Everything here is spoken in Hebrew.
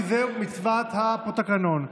כי זאת מצוות התקנון.